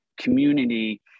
community